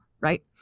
right